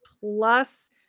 Plus